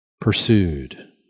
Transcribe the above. pursued